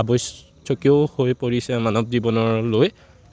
আৱশ্যকীয়ও হৈ পৰিছে মানৱ জীৱনলৈ